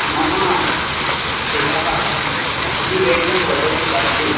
मम एकः फिवेडिङ्ग् फ़ोटो शूट् अस्ति